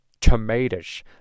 tomatoes